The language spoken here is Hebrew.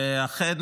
ואכן,